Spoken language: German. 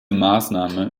maßnahme